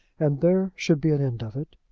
and there should be an end of it.